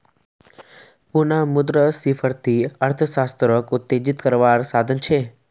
पुनः मुद्रस्फ्रिती अर्थ्शाश्त्रोक उत्तेजित कारवार साधन छे